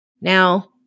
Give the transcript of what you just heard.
Now